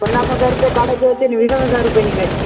पन्नास हजार रुपये काढायचे होते आणि वीसच हजार रुपये निघाले